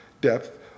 depth